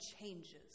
changes